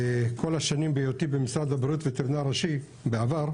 כל השנים בהיותי במשרד הבריאות וטרינר ראשי למזון בעבר,